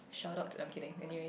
shout out to I'm kidding anyway